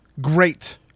great